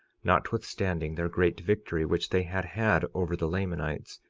notwithstanding their great victory which they had had over the lamanites,